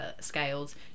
scales